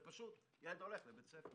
זה פשוט: ילד הולך לבית ספר.